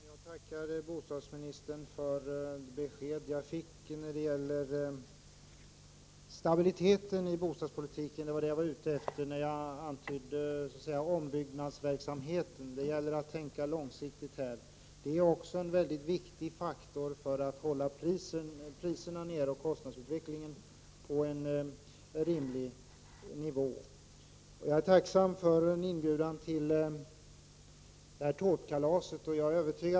Herr talman! Jag tackar bostadsministern för det besked jag fick när det gäller stabiliteten i bostadspolitiken. Det var vad jag var ute efter när jag antydde ombyggnadsverksamheten. Det gäller ju att tänka långsiktigt här. Det är också en väldigt viktig faktor när det gäller att hålla priserna nere och att hålla kostnadsutvecklingen på en rimlig nivå. Jag är tacksam för inbjudan till tårtkalaset.